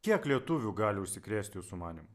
kiek lietuvių gali užsikrėst jūsų manymu